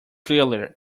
clearly